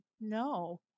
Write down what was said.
no